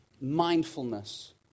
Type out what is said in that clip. mindfulness